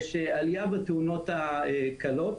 יש עליה בתאונות הקלות.